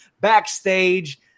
backstage